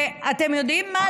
ואתם יודעים מה?